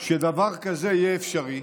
שדבר כזה יהיה אפשרי